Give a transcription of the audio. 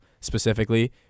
specifically